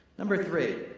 number three,